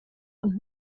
und